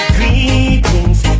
Greetings